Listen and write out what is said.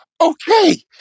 Okay